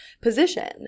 position